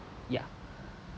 yeah